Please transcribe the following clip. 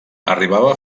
arribava